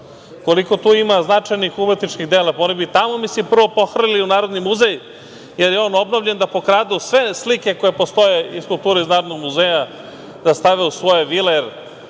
Koliko tu ima značajnih umetničkih dela. Oni mi tamo prvo pohrlili u Narodni muzej, jer je on obnovljen, da pokradu sve slike koje postoje iz kulture iz Narodnog muzeja da stave u svoje vile.